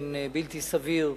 באופן בלתי סביר.